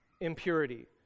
impurity